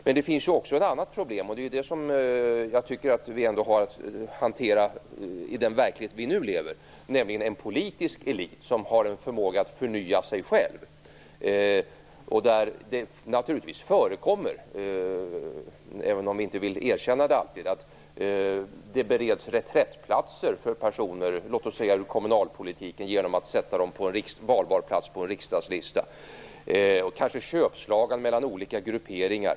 Men det finns ju också ett annat problem som jag tycker att vi har att hantera i den verklighet vi nu lever i, nämligen en politisk elit som har en förmåga att förnya sig själv. Där förekommer det naturligtvis, även om vi inte alltid vill erkänna det, att det bereds reträttplatser för personer ur t.ex. kommunalpolitiken genom att de sätts upp på valbar plats på en riksdagslista. Det förekommer kanske köpslående mellan olika grupperingar.